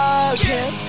again